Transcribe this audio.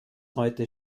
heute